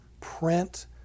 print